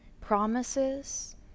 promises